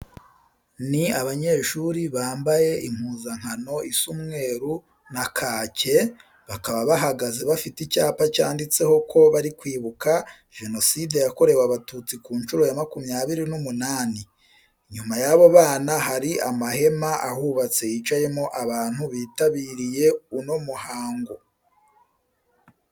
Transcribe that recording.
Ni abanyeshuri bambaye impuzankano is umweru na kake, bakaba bahagaze bafite icyapa cyanditseho ko bari kwibuka Jenoside yakorewe Abatutsi ku ncuro ya makumyabiri n'umunani. Inyuma y'abo bana hari amahema ahubatse yicayemo abantu bitabiriye uno muhango.